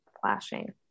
flashing